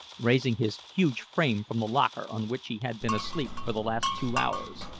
raising his huge frame from the locker on which he had been asleep for the last two hours.